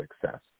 success